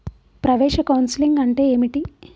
ప్రవేశ కౌన్సెలింగ్ అంటే ఏమిటి?